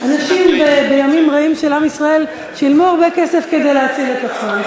אנשים בימים רעים של עם ישראל שילמו הרבה כסף כדי להציל את עצמם.